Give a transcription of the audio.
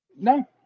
No